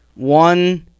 One